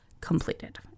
completed